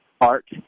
Art